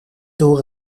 door